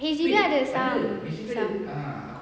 H_D_B ada some ada some